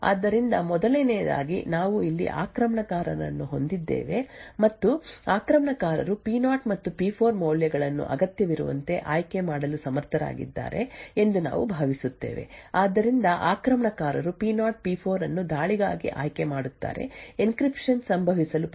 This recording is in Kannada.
ಆದ್ದರಿಂದ ಮೊದಲನೆಯದಾಗಿ ನಾವು ಇಲ್ಲಿ ಆಕ್ರಮಣಕಾರರನ್ನು ಹೊಂದಿದ್ದೇವೆ ಮತ್ತು ಆಕ್ರಮಣಕಾರರು ಪಿ0 ಮತ್ತು ಪಿ4 ಮೌಲ್ಯಗಳನ್ನು ಅಗತ್ಯವಿರುವಂತೆ ಆಯ್ಕೆ ಮಾಡಲು ಸಮರ್ಥರಾಗಿದ್ದಾರೆ ಎಂದು ನಾವು ಭಾವಿಸುತ್ತೇವೆ ಆದ್ದರಿಂದ ಆಕ್ರಮಣಕಾರರು ಪಿ0 ಪಿ4 ಅನ್ನು ದಾಳಿಗಾಗಿ ಆಯ್ಕೆ ಮಾಡುತ್ತಾರೆ ಎನ್ಕ್ರಿಪ್ಶನ್ ಸಂಭವಿಸಲು ಪ್ರಚೋದಿಸುತ್ತದೆ